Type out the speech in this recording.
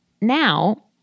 Now